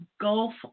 Gulf